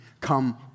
come